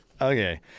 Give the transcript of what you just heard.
Okay